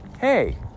Hey